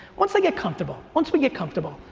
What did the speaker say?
once they get comfortable, once we get comfortable,